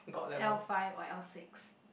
L-five or L-six